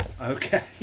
Okay